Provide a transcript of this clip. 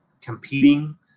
competing